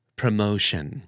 promotion